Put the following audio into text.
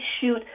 shoot